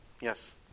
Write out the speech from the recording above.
Yes